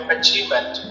achievement